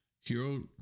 Hero